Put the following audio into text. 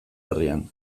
herrian